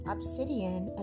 Obsidian